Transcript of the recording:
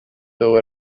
though